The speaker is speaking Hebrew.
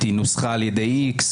היא נוסחה על ידי X,